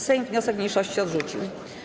Sejm wniosek mniejszości odrzucił.